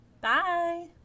Bye